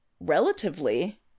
Relatively